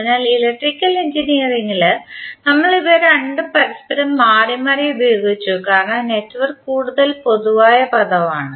അതിനാൽ ഇലക്ട്രിക്കൽ എഞ്ചിനീയറിംഗിൽ നമ്മൾ ഇവ രണ്ടും പരസ്പരം മാറിമാറി ഉപയോഗിച്ചു കാരണം നെറ്റ്വർക്ക് കൂടുതൽ പൊതുവായ പദമാണ്